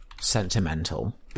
sentimental